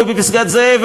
בפסגת-זאב,